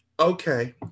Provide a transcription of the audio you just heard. Okay